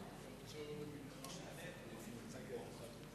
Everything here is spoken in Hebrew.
אף כי אינני מחויבת למסור דין-וחשבון.